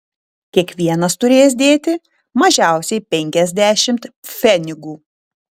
kiekvienas turės dėti mažiausiai penkiasdešimt pfenigų